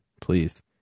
please